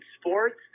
sports